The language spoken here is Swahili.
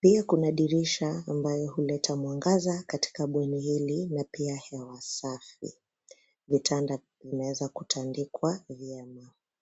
Pia kuna dirisha ambayo huleta mwangaza katika bweni hili na pia hewa safi. Vimetanda vimeweza kutandikwa vyema.